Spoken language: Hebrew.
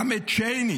גם את צ'ייני